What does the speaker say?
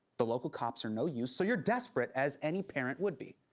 the local cops are no use, so you're desperate, as any parent would be.